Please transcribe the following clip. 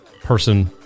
person